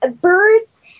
birds